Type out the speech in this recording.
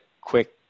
quick